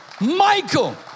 Michael